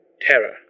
terror